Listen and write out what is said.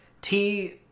tea